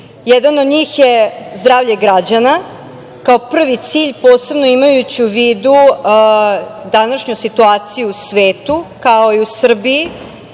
Jedan od njih je zdravlje građana, kao prvi cilj, posebno imajući u vidu današnju situaciju u svetu, kao i u Srbiji.